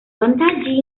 vantaggi